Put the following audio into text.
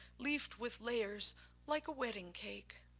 leafed with layers like a wedding cake.